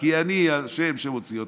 כי אני ה' שמוציא אתכם,